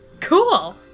cool